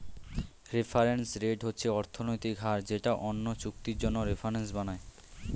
reference rate হচ্ছে অর্থনৈতিক হার যেটা অন্য চুক্তির জন্য রেফারেন্স বানায়